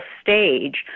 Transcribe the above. stage